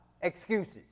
excuses